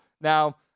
Now